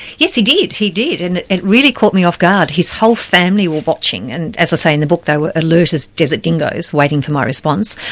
yes he did, he did, and it really caught me offguard. his whole family were watching, and as i say in the book, they were alert as desert dingoes, waiting for my response.